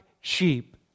sheep